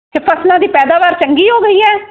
ਅਤੇ ਫ਼ਸਲਾਂ ਦੀ ਪੈਦਾਵਾਰ ਚੰਗੀ ਹੋ ਗਈ ਹੈ